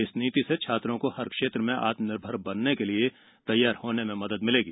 इस नीति से छात्रों को हर क्षेत्र में आत्मनिर्भर बनने के लिए तैयार होनें में मदद मिलेगी